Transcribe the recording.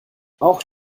auch